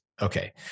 Okay